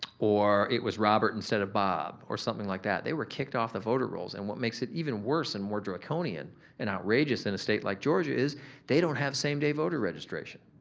or it was robert instead of bob, or something like that, they were kicked off the voter rolls. and what makes it even worse and more draconian and outrageous in a state like georgia is they don't have same day voting registration,